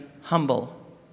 humble